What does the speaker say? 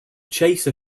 chase